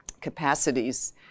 capacities